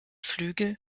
flügel